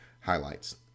highlights